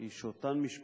היא שאותן משפחות,